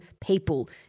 people